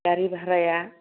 गारि बारहाया